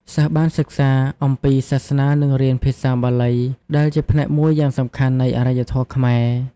សិស្សបានសិក្សាអំពីសាសនានិងរៀនភាសាបាលីដែលជាផ្នែកមួយយ៉ាងសំខាន់នៃអរិយធម៌ខ្មែរ។